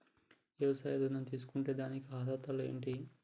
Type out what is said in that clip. వ్యవసాయ ఋణం తీసుకుంటే దానికి అర్హతలు ఏంటి?